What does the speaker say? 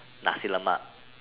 Nasi-Lemak